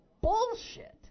bullshit